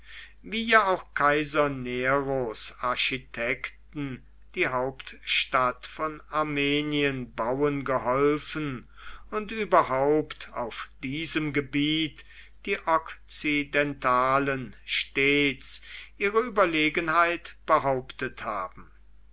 wie ja auch kaiser neros architekten die hauptstadt von armenien bauen geholfen und überhaupt auf diesem gebiet die okzidentalen stets ihre überlegenheit behauptet haben